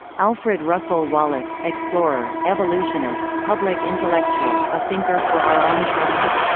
alfred russel wallace explorer, evolutionist, public intellectual a thinker for our own times.